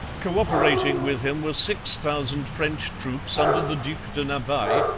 co-operating with him were six thousand french troops under the duc de navailles,